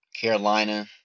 Carolina